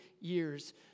years